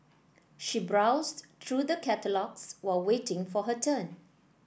she browsed through the catalogues while waiting for her turn